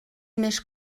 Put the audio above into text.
més